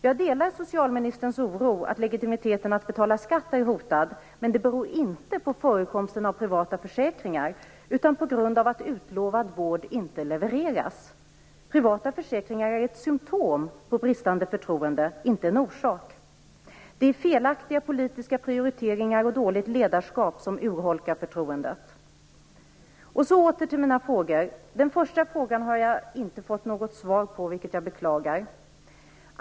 Jag delar socialministerns oro för att legitimiteten i att betala skatt är hotad, men detta beror inte på förekomsten av privata försäkringar, utan på att utlovad vård inte levereras. Privata försäkringar är ett symtom på bristande förtroende - inte en orsak till det. Det är felaktiga politiska prioriteringar och dåligt ledarskap som urholkar förtroendet. Jag återgår nu till mina frågor. Den första frågan har jag inte fått något svar på, vilket jag beklagar.